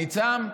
אני צם,